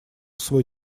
свой